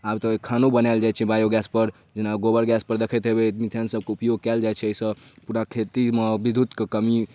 आब तऽ खानो बनाएल जाइ छै बायोगैसपर जेना गोबरगैसपर देखैत हेबै मिथेनसबके उपयोग कएल जाइ छै ओहिसँ पूरा खेतीमे विद्युतके कमी